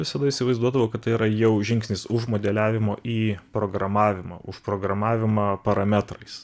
visada įsivaizduodavau kad tai yra jau žingsnis už modeliavimo į programavimą užprogramavimą parametrais